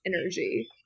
Energy